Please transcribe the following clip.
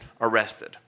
arrested